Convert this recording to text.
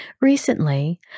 Recently